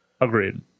Agreed